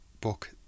book